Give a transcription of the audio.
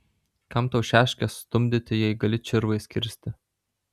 kam tau šaškes stumdyti jei gali čirvais kirsti